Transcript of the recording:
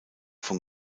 von